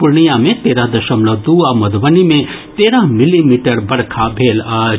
पूर्णिया मे तेरह दशमलव दू आ मधुबनी मे तेरह मिलीमीटर बरखा भेल अछि